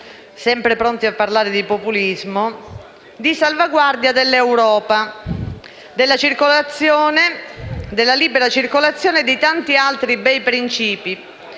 sempre pronti a parlare di populismo, di salvaguardia dell'Europa, di libera circolazione e di tanti altri bei principi,